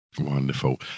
Wonderful